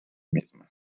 misma